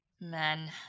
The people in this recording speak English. Men